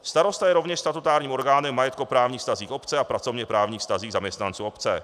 Starosta je rovněž statutárním orgánem v majetkoprávních vztazích obce a pracovněprávních vztazích zaměstnanců obce.